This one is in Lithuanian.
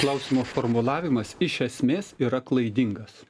klausimo formulavimas iš esmės yra klaidingas